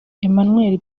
emmanuel